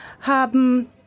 haben